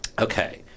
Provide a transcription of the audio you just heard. Okay